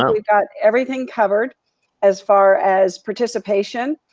um we got everything covered as far as participation.